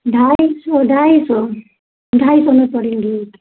ढाई सौ ढाई सौ ढाई सौ में पड़ेंगी एक